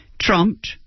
trumped